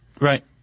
right